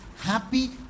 happy